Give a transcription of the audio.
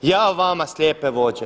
Jao vama slijepe vođe.